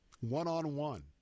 one-on-one